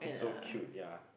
so cute ya